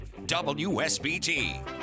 WSBT